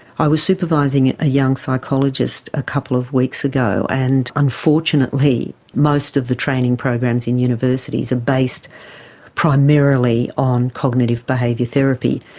i was supervising a young psychologist a couple of weeks ago, and unfortunately most of the training programs in universities are based primarily on cognitive behaviour therapy.